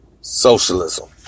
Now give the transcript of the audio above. Socialism